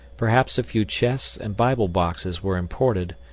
perhaps a few chests and bible boxes were imported,